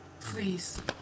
Please